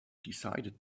decided